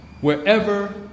wherever